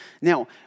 Now